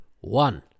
one